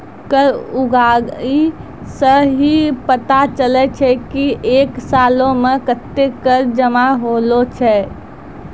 कर उगाही सं ही पता चलै छै की एक सालो मे कत्ते कर जमा होलो छै